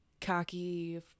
cocky